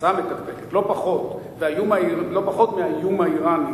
פצצה מתקתקת, לא פחות מהאיום האירני.